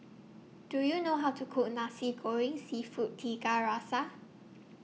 Do YOU know How to Cook Nasi Goreng Seafood Tiga Rasa